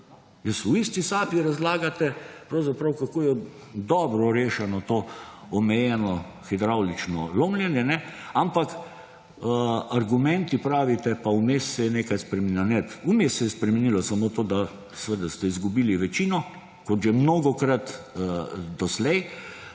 V isti sapi razlagate pravzaprav kako je dobro rešeno to omejeno hidravlično lomljenje, ampak argumenti, pravite, pa vmes se je nekaj spremenilo. Ne, vmes se je spremenilo samo to, da seveda ste izgubili večino kot že mnogokrat doslej.